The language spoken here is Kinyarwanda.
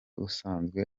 usanzwe